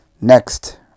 Next